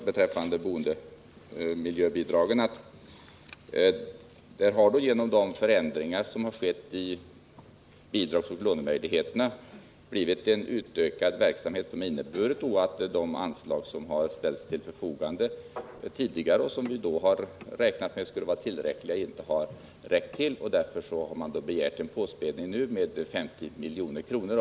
Beträffande boendemiljöbidragen vill jag säga att det genom de förändringar som har skett i bidragsoch lånemöjligheterna har blivit en utökning av verksamheten som har inneburit att de anslag som tidigare har ställts till förfogande och som vi då bedömt som tillräckliga inte har räckt till. Därför har man nu begärt en påspädning med 50 milj.kr.